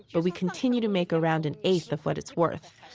but we continue to make around an eighth of what it's worth.